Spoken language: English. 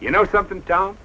you know something down